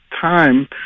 time